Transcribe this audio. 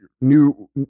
new